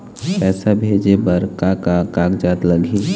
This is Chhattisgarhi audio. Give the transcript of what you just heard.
पैसा भेजे बर का का कागज लगही?